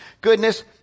goodness